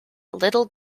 little